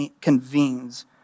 convenes